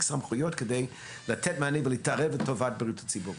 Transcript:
סמכויות כדי לתת מענה ולהתערב לטובת בריאות הציבור.